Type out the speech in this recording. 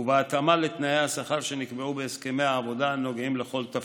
ובהתאמה לתנאי השכר שנקבעו בהסכמי העבודה הנוגעים לכל תפקיד.